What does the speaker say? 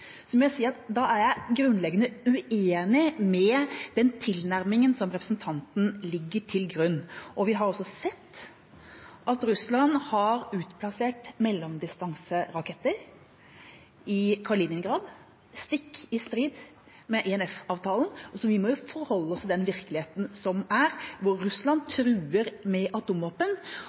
må jeg si at da er jeg grunnleggende uenig med den tilnærmingen representanten legger til grunn. Vi har også sett at Russland har utplassert mellomdistanseraketter i Kaliningrad, stikk i strid med INF-avtalen, så vi må forholde oss til den virkeligheten som er, hvor Russland truer med